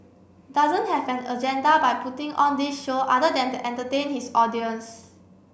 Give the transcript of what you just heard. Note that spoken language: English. doesn't have an agenda by putting on this show other than to entertain his audience